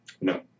No